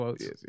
Yes